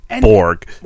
Borg